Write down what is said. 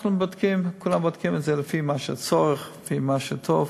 אנחנו בודקים את זה לפי הצורך, לפי מה שטוב.